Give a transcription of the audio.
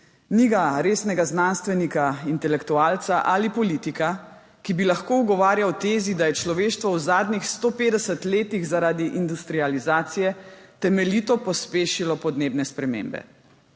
Ni ga resnega znanstvenika, intelektualca ali politika, ki bi lahko ugovarjal tezi, da je človeštvo v zadnjih 150 letih zaradi industrializacije temeljito pospešilo podnebne spremembe.